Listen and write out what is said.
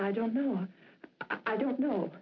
i don't know i don't know